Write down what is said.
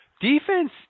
defense